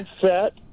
set